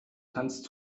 kannst